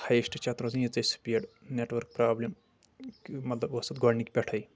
highest چھِ اتھ روزان یِژٕے سپیٖڈ نٮ۪ٹ ورک پرابلم مطلب اوس اتھ گۄڈٕنِکہِ پٮ۪ٹھے